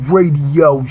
Radio